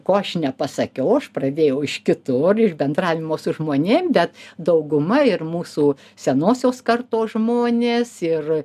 ko aš nepasakiau aš pradėjau iš kitur iš bendravimo su žmonėm bet dauguma ir mūsų senosios kartos žmonės ir